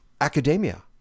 academia